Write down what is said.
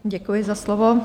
Děkuji za slovo.